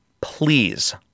Please